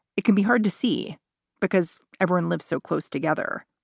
it can be hard to see because everyone lives so close together.